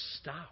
stop